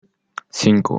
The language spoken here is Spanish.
cinco